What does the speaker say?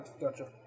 Gotcha